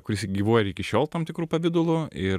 kuris gyvuoja ir iki šiol tam tikru pavidalu ir